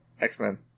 X-Men